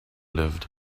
lived